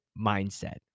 mindset